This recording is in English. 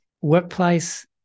workplace